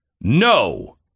No